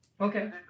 Okay